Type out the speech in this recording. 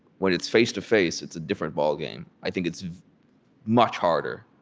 when it's face-to-face, it's a different ballgame. i think it's much harder,